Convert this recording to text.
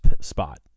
spot